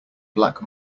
black